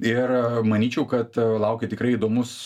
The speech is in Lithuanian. ir manyčiau kad laukia tikrai įdomus